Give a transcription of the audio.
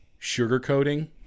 sugarcoating